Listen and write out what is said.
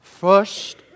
First